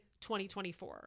2024